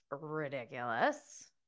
ridiculous